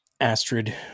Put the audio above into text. Astrid